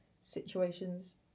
situations